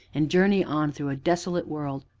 and journey on through a desolate world,